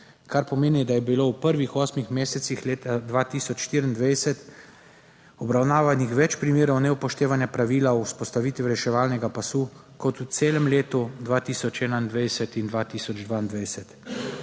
kar pomeni, da je bilo v prvih osmih mesecih leta 2024 obravnavanih več primerov neupoštevanja pravila o vzpostavitvi reševalnega pasu kot v celem letu 2021 in 2022.